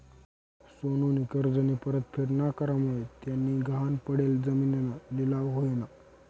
सोनूनी कर्जनी परतफेड ना करामुये त्यानी गहाण पडेल जिमीनना लिलाव व्हयना